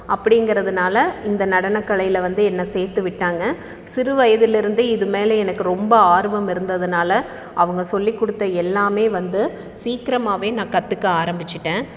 அப்படிங்கிறதுனால இந்த நடனம் கலையில் வந்து என்ன சேர்த்து விட்டாங்க சிறுவயதில் இருந்து இதுமேல் எனக்கு ரொம்ப ஆர்வம் இருந்ததுனால் அவங்க சொல்லிக்கொடுத்த எல்லாம் வந்து சீக்கிரமாக நான் கற்றுக்க ஆரம்பிச்சிட்டேன்